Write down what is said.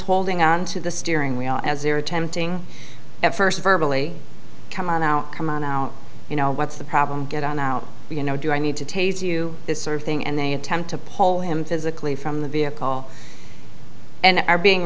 holding on to the steering wheel as they were attempting at first verbal come on now come on out you know what's the problem get on out you know do i need to taser you this sort of thing and they attempt to pull him physically from the vehicle and are being